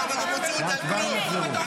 צריך להחזיר אותם בהצבעות.